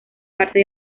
parte